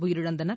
உயிரிழந்தனர்